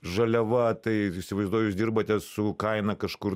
žaliava tai įsivaizduoju jūs dirbate su kaina kažkur